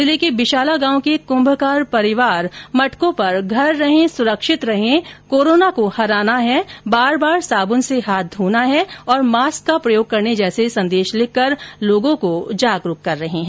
जिले के बिशाला गांव के कुम्भकार परिवार मटकों पर घर रहें सुरक्षित रहे कोरोना को हराना है बार बार साबुन से हाथ धोना है और मास्क का प्रयोग करने जैसे संदेश लिखकर लोगों को जागरूक कर रहे है